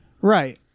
right